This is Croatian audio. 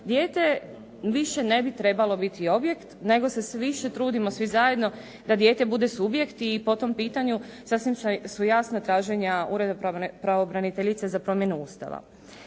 dijete više ne bi trebalo biti objekt, nego se sve više trudimo svi zajedno da dijete bude subjekt i po tom pitanju sasvim su jasna traženja Ureda pravobraniteljice za promjenu Ustava.